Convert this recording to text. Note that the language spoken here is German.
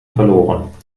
verloren